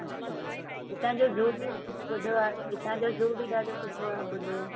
अच्छा हितां जो ज़ू बि ॿुधो आहे हितां जो ज़ू बि ॾाढो सुठो आहे ॿुधो आहे